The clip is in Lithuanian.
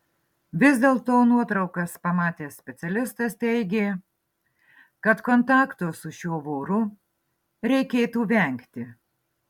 vis dėlto nuotraukas pamatęs specialistas teigė kad kontakto su šiuo voru reikėtų vengti